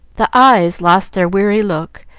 the eyes lost their weary look,